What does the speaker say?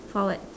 forward